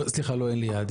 סליחה, לא אין לי יד.